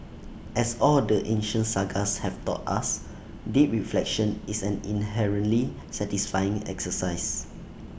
as all the ancient sages have taught us deep reflection is an inherently satisfying exercise